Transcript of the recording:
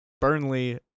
Burnley